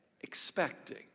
Expecting